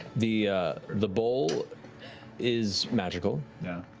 the the bowl is magical. yeah